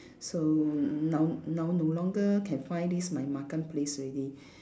so now now no longer can find this my makan place already